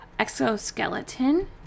exoskeleton